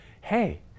hey